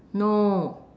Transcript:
no